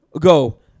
Go